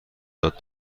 داد